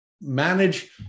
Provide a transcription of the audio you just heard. manage